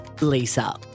Lisa